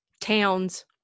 Towns